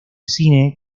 cine